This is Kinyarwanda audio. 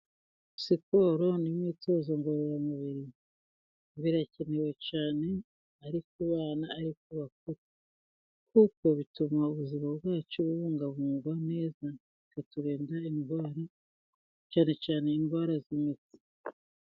Siporo n'imyitozo ngororamubiri birakenewe cyane ari kubanana ari kubakuru kuko bituma ubuzima bwacu bubungabungwa neza bikaturinda indwara cyane cyane indwara z'imitsi.